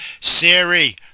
Siri